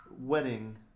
wedding